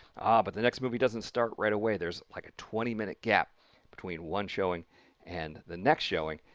ah but the next movie doesn't start right away, there's like a twenty minute gap between one showing and the next showing,